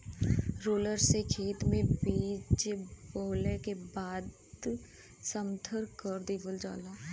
roller से खेत में बीज बोवला के बाद समथर कर देवल जाला